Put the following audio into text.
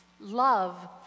love